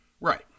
Right